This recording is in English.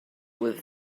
with